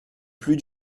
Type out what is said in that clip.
plus